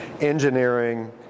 Engineering